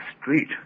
street